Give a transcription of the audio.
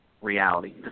reality